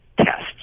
tests